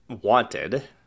wanted